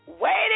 Waiting